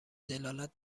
دلالت